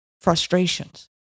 frustrations